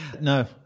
No